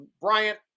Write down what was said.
Bryant